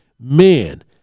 man